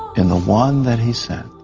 in the one that he sent